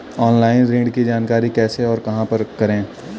Online ऋण की जानकारी कैसे और कहां पर करें?